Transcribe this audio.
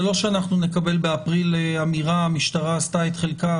זה לא שאנחנו נקבל באפריל אמירה: המשטרה עשתה את חלקה,